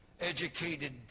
educated